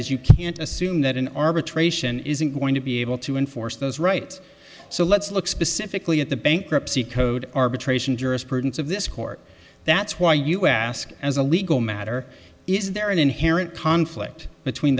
is you can't assume that an arbitration isn't going to be able to enforce those rights so let's look specifically at the bankruptcy code arbitration jurisprudence of this court that's why you ask as a legal matter is there an inherent conflict between